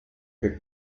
que